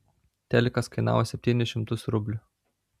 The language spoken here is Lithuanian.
telikas kainavo septynis šimtus rublių